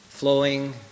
Flowing